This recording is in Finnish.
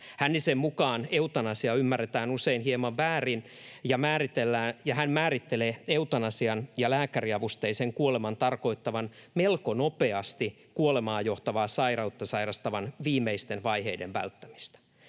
”Hännisen mukaan eutanasia ymmärretään usein hieman väärin, ja hän määrittelee eutanasian ja lääkäriavusteisen kuoleman tarkoittavan melko nopeasti kuolemaan johtavaa sairautta sairastavan viimeisten vaiheiden välttämistä.